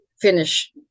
finish